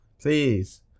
please